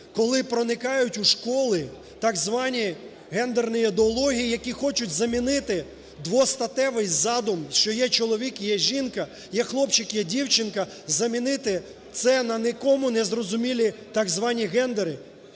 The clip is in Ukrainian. коли проникають у школи так звані гендерні ідеології, які хочуть замінити двостатевий задум, що є чоловік і є жінка, є хлопчик, є дівчинка, замінити це на нікому не зрозумілі так звані гендери.